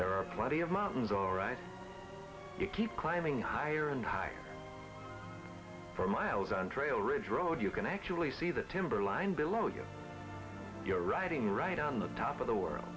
there are plenty of mountains all right you keep climbing higher and higher for miles on trail ridge road you can actually see the timber line below you you're riding right on the top of the world